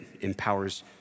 empowers